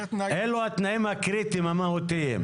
אלו התנאים הקריטיים המהותיים.